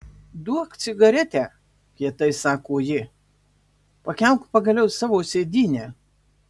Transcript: duok cigaretę kietai sako ji pakelk pagaliau savo sėdynę